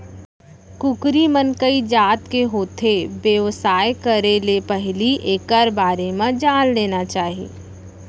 कुकरी मन कइ जात के होथे, बेवसाय करे ले पहिली एकर बारे म जान लेना चाही